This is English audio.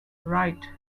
right